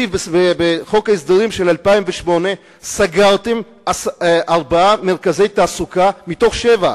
בחוק ההסדרים של 2008 סגרתם ארבעה מרכזי תעסוקה מתוך שבעה.